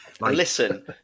Listen